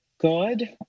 good